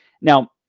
now